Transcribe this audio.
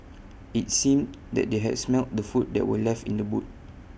IT seemed that they had smelt the food that were left in the boot